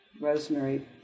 Rosemary